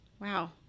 wow